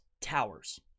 towers